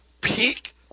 peak